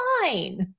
fine